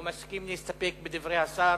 או מסכים להסתפק בדברי השר?